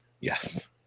Yes